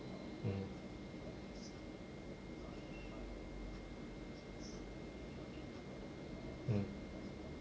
mm mm